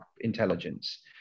intelligence